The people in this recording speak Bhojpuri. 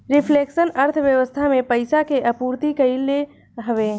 रिफ्लेक्शन अर्थव्यवस्था में पईसा के आपूर्ति कईल हवे